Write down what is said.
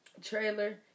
Trailer